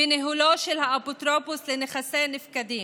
בניהולו של האפוטרופוס לנכסי נפקדים.